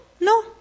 No